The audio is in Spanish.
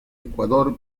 ecuador